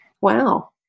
Wow